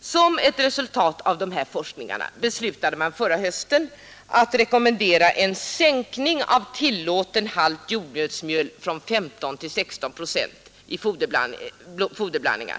Som ett resultat av de här forskningarna beslutade man förra hösten att rekommendera en sänkning av tillåten halt jordnötsmjöl från 16 till 15 procent i foderblandningar.